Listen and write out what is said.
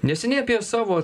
neseniai apie savo